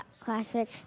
Classic